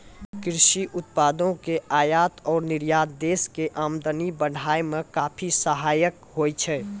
कृषि उत्पादों के आयात और निर्यात देश के आमदनी बढ़ाय मॅ काफी सहायक होय छै